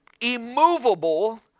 immovable